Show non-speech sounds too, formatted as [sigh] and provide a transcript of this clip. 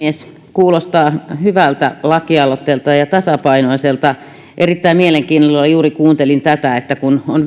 kuulostaa hyvältä ja tasapainoiselta lakialoitteelta erittäin suurella mielenkiinnolla juuri kuuntelin tätä että kun on [unintelligible]